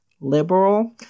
liberal